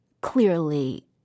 clearly